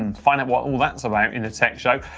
and find out what all that's about in the tech show.